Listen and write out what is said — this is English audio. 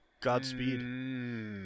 Godspeed